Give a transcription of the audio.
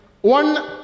one